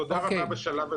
תודה רבה בשלב הזה,